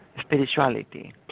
spirituality